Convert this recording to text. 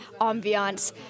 ambiance